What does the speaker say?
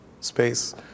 space